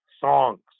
songs